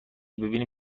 ببینیم